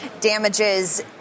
damages